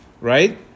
right